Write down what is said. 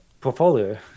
portfolio